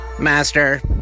Master